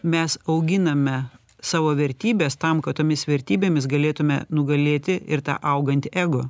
mes auginame savo vertybes tam kad tomis vertybėmis galėtume nugalėti ir tą augantį ego